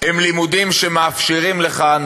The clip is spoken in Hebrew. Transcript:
הן לימודים שמאפשרים לך,